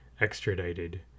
extradited